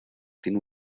tiene